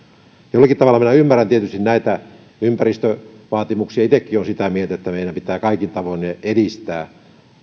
jollakin tavalla minä ymmärrän tietysti näitä ympäristövaatimuksia itsekin olen sitä mieltä että meidän pitää kaikin tavoin niitä edistää